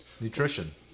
Nutrition